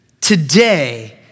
today